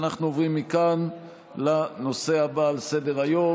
אנחנו עוברים לנושא הבא על סדר-היום,